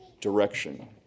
direction